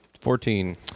fourteen